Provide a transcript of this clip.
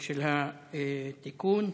התיקון,